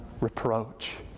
reproach